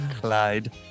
Clyde